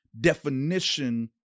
definition